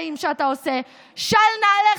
למעשה, יש לנו פה תקדים חוקי שעליו ניתן